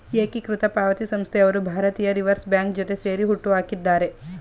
ಏಕೀಕೃತ ಪಾವತಿ ಸಂಸ್ಥೆಯವರು ಭಾರತೀಯ ರಿವರ್ಸ್ ಬ್ಯಾಂಕ್ ಜೊತೆ ಸೇರಿ ಹುಟ್ಟುಹಾಕಿದ್ದಾರೆ